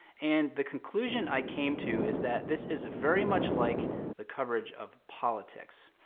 and the conclusion i came to is that this is very much like the coverage of politics,